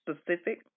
specific